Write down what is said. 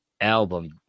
album